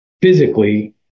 physically